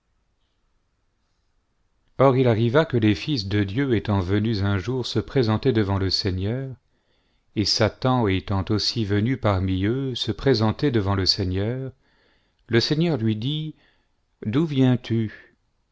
or il arriva que les fils de dieu étant venus un jour se présenter devant le seigneur et satan étant aussi venu parmi eux se présenter devant le seigneur le seigneur lui dit d'où viens-tu